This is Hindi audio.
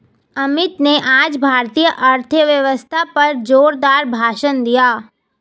अमित ने आज भारतीय अर्थव्यवस्था पर जोरदार भाषण दिया